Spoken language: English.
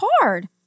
hard